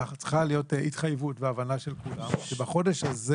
צריכה להיות התחייבות והבנה של כולם שבחודש הזה